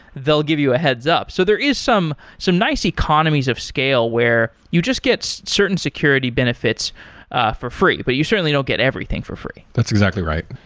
they'll give you a heads up. so there is some some nice economies of scale where you just get certain security benefits for free, but you certainly don't get everything for free that's exactly right.